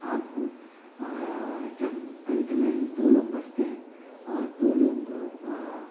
आपको जब अंत में दो लोग बचते हैं और दो लोग